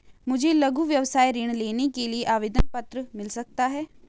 मुझे लघु व्यवसाय ऋण लेने के लिए आवेदन पत्र मिल सकता है?